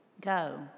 go